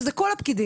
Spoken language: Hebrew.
שזה כל הפקידים.